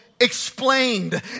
explained